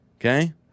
Okay